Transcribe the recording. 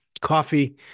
coffee